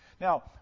Now